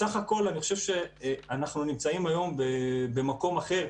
בסך הכול אני חושב שאנחנו נמצאים היום במקום אחר.